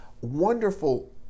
wonderful